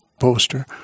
poster